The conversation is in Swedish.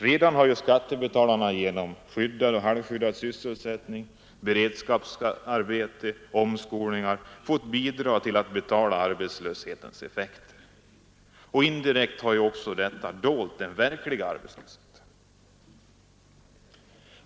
Redan har ju skattebetalarna genom skyddad och halvskyddad sysselsättning, beredskapsarbete och omskolningar fått bidra till att betala arbetslöshetens effekter. Indirekt har detta dolt den verkliga arbetslösheten.